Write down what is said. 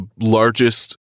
largest